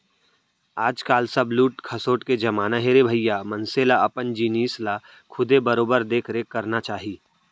आज काल सब लूट खसोट के जमाना हे रे भइया मनसे ल अपन जिनिस ल खुदे बरोबर देख रेख करना चाही